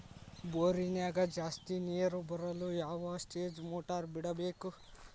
ಬೋರಿನ್ಯಾಗ ಜಾಸ್ತಿ ನೇರು ಬರಲು ಯಾವ ಸ್ಟೇಜ್ ಮೋಟಾರ್ ಬಿಡಬೇಕು?